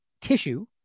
tissue